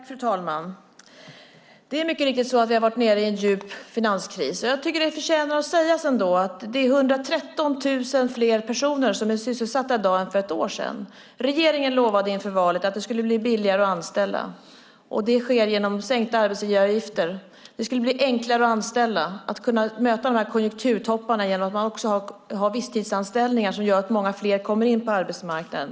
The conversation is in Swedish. Fru talman! Det är mycket riktigt så att vi har varit nere i en djup finanskris. Jag tycker att det förtjänar att sägas att det är 113 000 fler personer som är sysselsatt i dag än för ett år sedan. Regeringen lovade inför valet att det skulle bli billigare att anställa. Det sker genom sänkta arbetsgivaravgifter. Det skulle bli enklare att anställa och att kunna möta konjunkturtopparna genom att också ha visstidsanställningar som gör att många fler kommer in på arbetsmarknaden.